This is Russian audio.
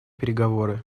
переговоры